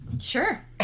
Sure